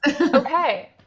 Okay